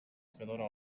fedora